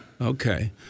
Okay